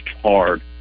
hard